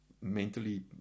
mentally